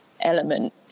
element